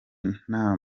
nta